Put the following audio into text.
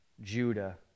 Judah